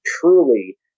truly